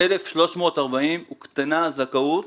כ-1,340 הוקטנה הזכאות